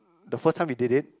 the first time we did it